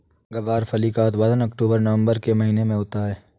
ग्वारफली का उत्पादन अक्टूबर नवंबर के महीने में होता है